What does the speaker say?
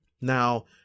Now